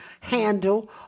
handle